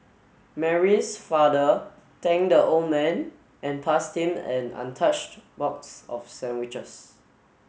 Mary's father thanked the old man and passed him an untouched box of sandwiches